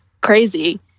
crazy